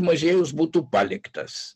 muziejus būtų paliktas